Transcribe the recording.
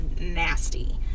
nasty